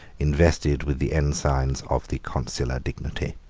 invested with the ensigns of the consular dignity.